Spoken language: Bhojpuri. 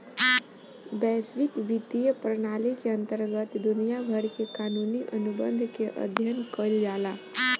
बैसविक बित्तीय प्रनाली के अंतरगत दुनिया भर के कानूनी अनुबंध के अध्ययन कईल जाला